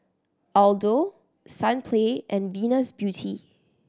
Aldo Sunplay and Venus Beauty